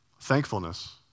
Thankfulness